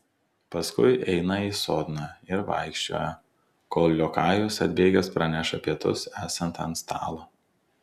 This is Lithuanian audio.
paskui eina į sodną ir vaikščioja kol liokajus atbėgęs praneša pietus esant ant stalo